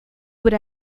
would